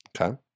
Okay